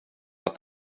att